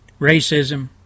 racism